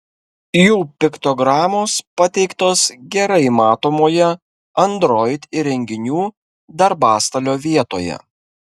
jų piktogramos pateiktos gerai matomoje android įrenginių darbastalio vietoje